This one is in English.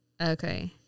Okay